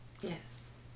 yes